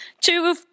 two